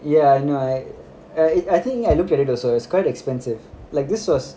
ya no I I I think I looked at it also it's quite expensive like this was